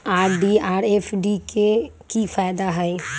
RD आ FD के कि फायदा हई?